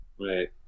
Right